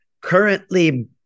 currently